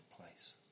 place